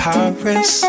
Paris